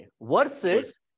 Versus